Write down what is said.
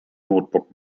notebook